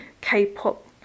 K-pop